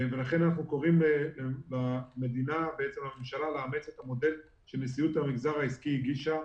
לכן אנחנו קוראים לממשלה לאמץ את המודל שנשיאות המגזר העסקי הגישה,